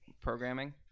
programming